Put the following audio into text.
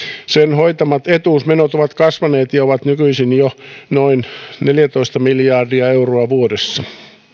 sen hoitamat etuusmenot ovat kasvaneet ja ovat nykyisin jo noin neljätoista miljardia euroa vuodessa